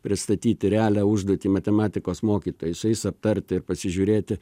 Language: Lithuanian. pristatyti realią užduotį matematikos mokytojai su jais aptarti ir pasižiūrėti